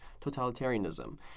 totalitarianism